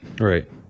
right